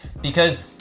because-